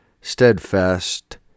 steadfast